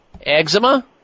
eczema